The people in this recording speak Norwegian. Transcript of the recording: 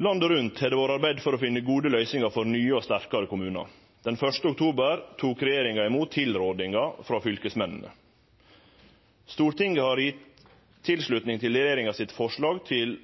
Landet rundt har det vore arbeidd for å finne gode løysingar for nye og sterkare kommunar. Den 1. oktober tok regjeringa imot tilrådingane frå fylkesmennene. Stortinget har gitt tilslutning til regjeringa sitt forslag til